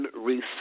Reese